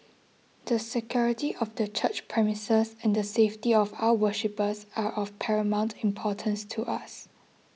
the security of the church premises and the safety of our worshippers are of paramount importance to us